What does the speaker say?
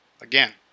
Again